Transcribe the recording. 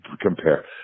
compare